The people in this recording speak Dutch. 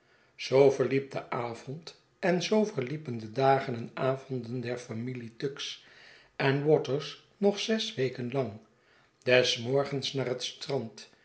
zoo verliep de avond en zoo verliepen de dagen en avonden der familie tuggs en waters nog zes weken lang des morgens naar het strand